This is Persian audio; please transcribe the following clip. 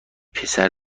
پسر